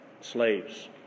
slaves